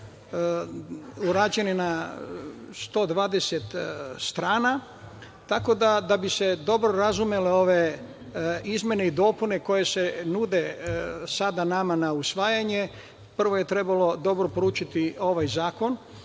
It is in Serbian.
urađen je na 120 strana. Da bi se dobro razumele ove izmene i dopune koje se nude sada nama na usvajanje, prvo je trebalo dobro proučiti ovaj zakon.